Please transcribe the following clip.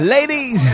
Ladies